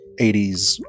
80s